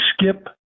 skip